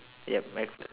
yup right